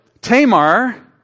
Tamar